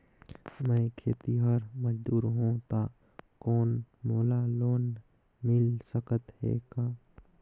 मैं खेतिहर मजदूर हों ता कौन मोला लोन मिल सकत हे का?